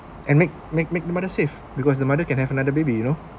and make make make the mother safe because the mother can have another baby you know